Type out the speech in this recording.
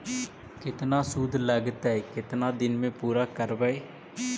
केतना शुद्ध लगतै केतना दिन में पुरा करबैय?